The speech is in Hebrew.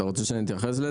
אתה רוצה שאני אתייחס לזה?